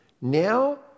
now